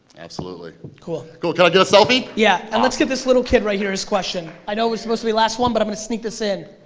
absolutely. cool. can i get a selfie? yeah and let's get this little kid right here his question, i know it was supposed to be last one, but i'm gonna sneak this in.